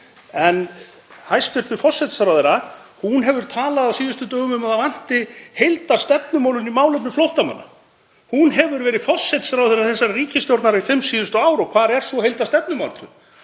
34. Hæstv. forsætisráðherra hefur talað á síðustu dögum um að það vanti heildarstefnumótun í málefnum flóttamanna. Hún hefur verið forsætisráðherra þessarar ríkisstjórnar fimm síðustu ár. Og hvar er sú heildarstefnumótun?